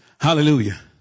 Hallelujah